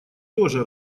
тоже